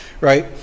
Right